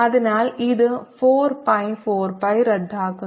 അതിനാൽ ഇത് 4 pi 4 pi റദ്ദാക്കുന്നു